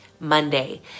Monday